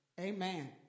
Amen